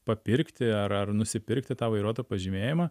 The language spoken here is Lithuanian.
papirkti ar ar nusipirkti tą vairuotojo pažymėjimą